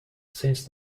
since